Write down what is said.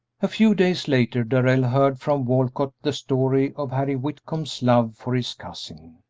a few days later darrell heard from walcott the story of harry whitcomb's love for his cousin.